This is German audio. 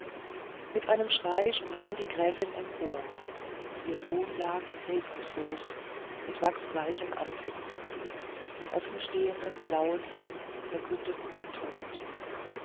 mit einem schrei sprang die gräfin empor ihr sohn lag regungslos mit wachsbleichem antlitz die offenstehenden blauen lippen verkündeten den tod